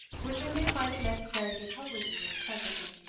which i may find it necessary to trouble you with presently.